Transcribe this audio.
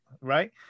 right